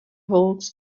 holds